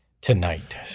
tonight